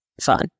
fun